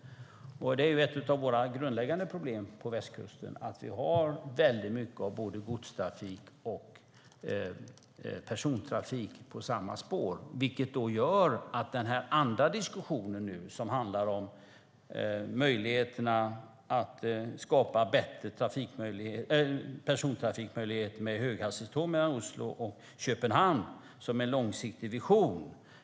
Ett av våra grundläggande problem på västkusten är att vi har mycket godstrafik och persontrafik på samma spår. Därför är diskussionen om att skapa bättre persontrafikmöjligheter med höghastighetståg mellan Oslo och Köpenhamn en viktig långsiktig fråga.